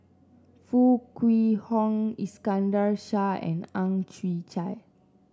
Foo Kwee Horng Iskandar Shah and Ang Chwee Chai